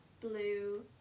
blue